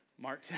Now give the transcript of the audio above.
Mark